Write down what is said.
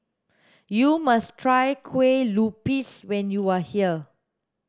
you must try kueh lupis when you are here